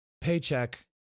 paycheck